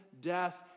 death